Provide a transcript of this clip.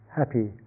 happy